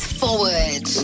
forward